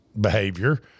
behavior –